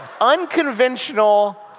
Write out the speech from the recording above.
unconventional